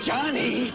Johnny